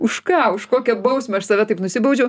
už ką už kokią bausmę aš save taip nusibaudžiau